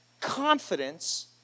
Confidence